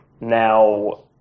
Now